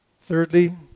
Thirdly